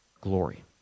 glory